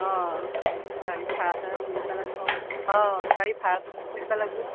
অ গাড়ী ভাড়া চাৰা মিলিব লাগিব অ গাড়ী ভাড়া চাৰা মিলিব লাগিব